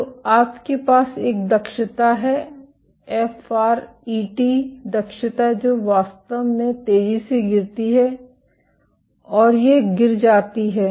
तो आपके पास एक दक्षता है एफआरईटी दक्षता जो वास्तव में तेजी से गिरती है और यह गिर जाती है